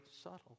subtle